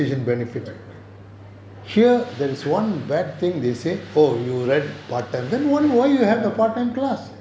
correct correct